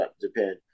Japan